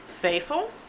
faithful